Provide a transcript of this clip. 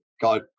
God